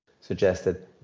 suggested